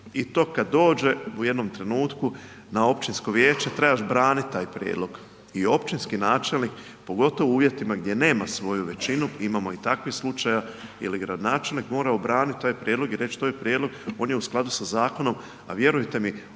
I to kada dođe u jednom trenutku na općinsko vijeće trebaš braniti taj prijedlog i općinski načelnik pogotovo u uvjetima gdje nema svoju većinu, imamo i takvih slučajeva ili gradonačelnik mora obraniti taj prijedlog i reć to je prijedlog on je u skladu sa zakonom. A vjerujte mi